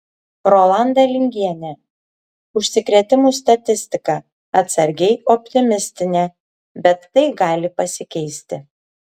rolanda lingienė užsikrėtimų statistika atsargiai optimistinė bet tai gali pasikeisti